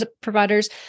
providers